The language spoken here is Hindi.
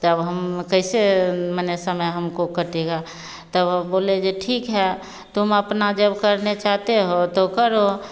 तब हम कैसे माने समय हमको कटेगा तब बोले जो ठीक है तुम अपना जब करना चाहती हो तो करो